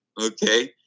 Okay